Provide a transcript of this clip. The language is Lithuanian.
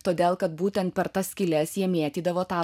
todėl kad būtent per tas skyles jie mėtydavo tą